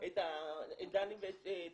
את דני ו- --,